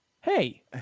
hey